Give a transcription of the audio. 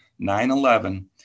9-11